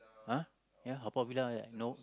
uh ya Haw-Par-Villa ya no